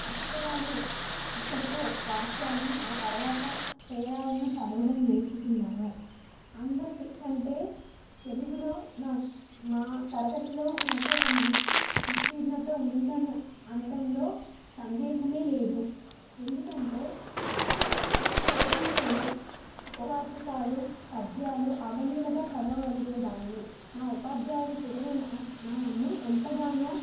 అక్షరాలు అక్కడతో వాక్యాల్ని ఆ తర్వాత పేరాలను చదవడం నేర్చుకున్నాను అందరి కంటే తెలుగులో నా మా తరగతిలో నాకు ఒక మంచి ఉత్తీర్ణత ఉందని అనడంలో సందేహమే లేదు ఎందుకంటే తెలుగుని నేను ఉపవాచకాలు పద్యాలు అవలీలగా చదవగలిగే దాన్ని మా ఉపాధ్యాయులు కూడా నన్ను అ నన్ను ఎంతగానో